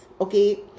Okay